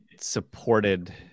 supported